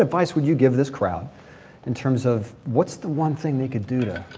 advice would you give this crowd in terms of what's the one thing they could do that?